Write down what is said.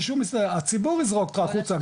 הציבור יזרוק אותך החוצה,